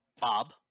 Bob